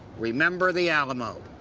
remember the alamo.